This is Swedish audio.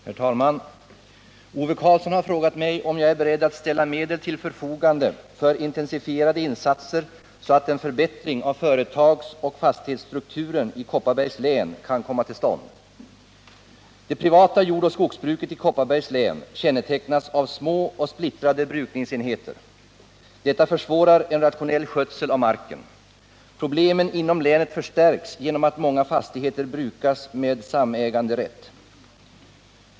Herr talman! Ove Karlsson har frågat mig om jag är beredd att ställa medel till förfogande för intensifierade insatser så att en förbättring av företagsoch fastighetsstrukturen i Kopparbergs län kan komma till stånd. Det privata jordoch skogsbruket i Kopparbergs län kännetecknas av små och splittrade brukningsenheter. Detta försvårar en rationell skötsel av marken. Problemen inom länet förstärks genom att många fastigheter brukas med samäganderätt.